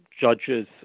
Judges